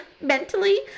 mentally